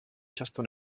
často